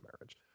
marriage